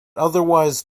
otherwise